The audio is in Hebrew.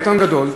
עיתון גדול.